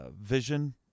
Vision